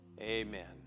Amen